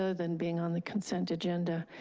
ah than being on the consent agenda.